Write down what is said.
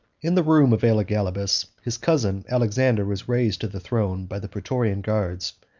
in the room of elagabalus, his cousin alexander was raised to the throne by the praetorian guards.